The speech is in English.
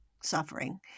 suffering